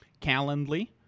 Calendly